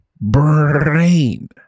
brain